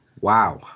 Wow